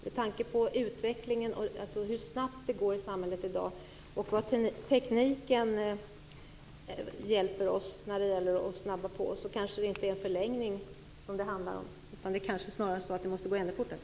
Med tanke på hur tekniken hjälper oss för att snabba på det hela kanske det inte blir fråga om en förlängning utan något som går ännu fortare.